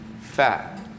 fat